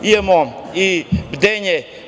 Imamo i bdenje.